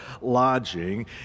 lodging